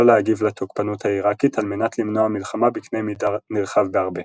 להגיב לתוקפנות העיראקית על מנת למנוע מלחמה בקנה מידה נרחב בהרבה.